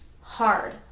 hard